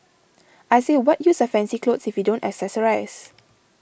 I say what use are fancy clothes if you don't accessorise